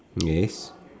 okay